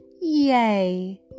yay